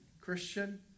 Christian